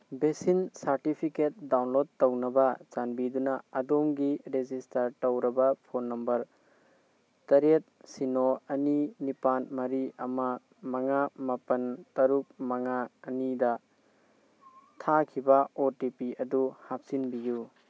vaccine certificate download ꯇꯧꯅꯕ ꯆꯥꯟꯕꯤꯗꯨꯅ ꯑꯗꯣꯝꯒꯤ ꯔꯦꯖꯤꯁꯇꯥꯔ ꯇꯧꯔꯕ ꯐꯣꯟ ꯅꯝꯕꯔ ꯇꯔꯦꯠ ꯁꯤꯅꯣ ꯑꯅꯤ ꯅꯤꯄꯥꯜ ꯃꯔꯤ ꯑꯃ ꯃꯉꯥ ꯃꯥꯄꯜ ꯇꯔꯨꯛ ꯃꯉꯥ ꯑꯅꯤꯗ ꯊꯥꯈꯤꯕ ꯑꯣ ꯇꯤ ꯄꯤ ꯑꯗꯨ ꯍꯥꯞꯆꯤꯟꯕꯤꯌꯨ